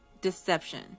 deception